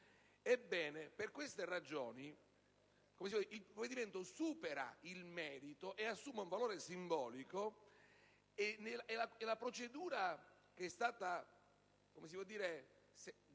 per queste ragioni il provvedimento supera il merito e assume un valore simbolico, e la procedura che è stata